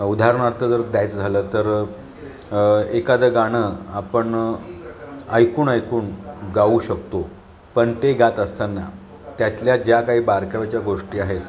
उदाहरणार्थ जर द्यायचं झालं तर एखादं गाणं आपण ऐकून ऐकून गाऊ शकतो पण ते गात असताना त्यातल्या ज्या काही बारकाव्याच्या गोष्टी आहेत